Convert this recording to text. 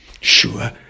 sure